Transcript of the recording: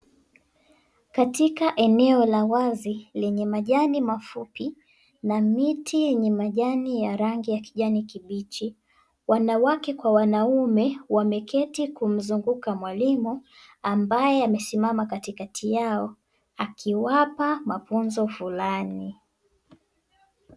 Katika eneo la wazi lenye majani mafupi na miti yenye majani ya rangi ya kijani kibichi, wanawake kwa wanaume wameketi kumzunguka mwalimu ambaye amesimama katikati yao akiwapa mafunzo fulani.